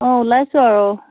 অঁ ওলাইছোঁ আৰু